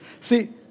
See